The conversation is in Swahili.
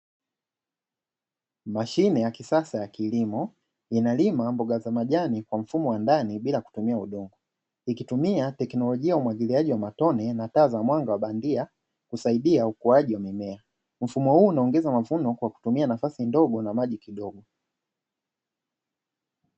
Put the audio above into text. Mashine ya kisasa ya kilimo, inalima mboga za majani kwa mfumo wa ndani bila kutumia udongo, ikitumia teknolojia umwagiliaji wa matone na taa za mwanga wa bandia, kusaidia ukuaji wa mimea. Mfumo huu unaongeza mavuno kwa kutumia nafasi ndogo na maji kidogo.